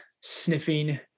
sniffing